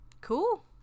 Cool